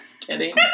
kidding